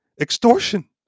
extortion